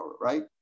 right